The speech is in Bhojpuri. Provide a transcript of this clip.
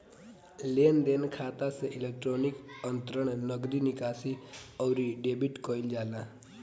लेनदेन खाता से इलेक्ट्रोनिक अंतरण, नगदी निकासी, अउरी डेबिट कईल जाला